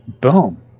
boom